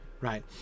right